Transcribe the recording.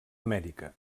amèrica